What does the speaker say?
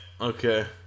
Okay